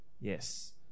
yes